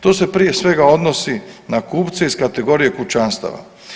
To se prije svega odnosi na kupce iz kategorije kućanstava.